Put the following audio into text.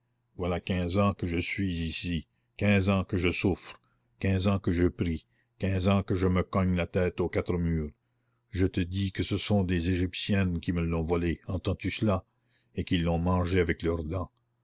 voilà quinze ans que je suis ici quinze ans que je souffre quinze ans que je prie quinze ans que je me cogne la tête aux quatre murs je te dis que ce sont des égyptiennes qui me l'ont volée entends-tu cela et qui l'ont mangée avec leurs dents